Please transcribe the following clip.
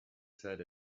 said